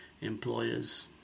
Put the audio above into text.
employers